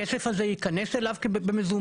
הכסף הזה ייכנס אליו במזומן,